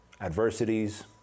adversities